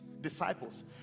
disciples